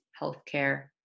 healthcare